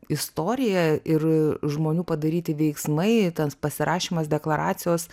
istorija ir žmonių padaryti veiksmai tas pasirašymas deklaracijos